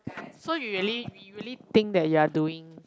so you really we really think that you are doing